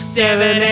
seven